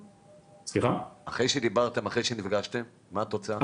אחרי שדיברתם ואחרי שנפגשתם, מה התוצאה?